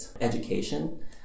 education